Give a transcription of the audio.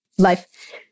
Life